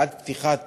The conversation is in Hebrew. ועד פתיחת